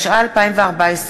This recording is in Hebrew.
התשע"ה 2014,